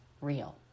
real